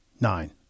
Nine